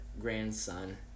grandson